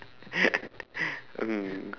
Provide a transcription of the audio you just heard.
mm